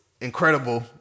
Incredible